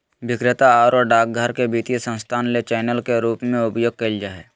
विक्रेता आरो डाकघर के वित्तीय संस्थान ले चैनल के रूप में उपयोग कइल जा हइ